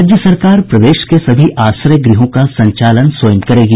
राज्य सरकार प्रदेश के सभी आश्रय गृहों का संचालन स्वयं करेगी